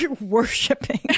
Worshipping